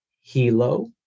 Hilo